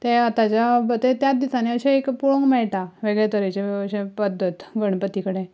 तें आतांच्या तें त्याच दिसांनी अशें एक पळोवंक मेळटा वेगळे तरेचें अशें पद्दत गणपती कडेन